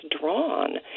drawn